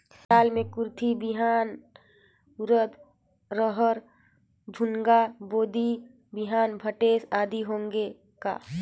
दाल मे कुरथी बिहान, उरीद, रहर, झुनगा, बोदी बिहान भटेस आदि होगे का?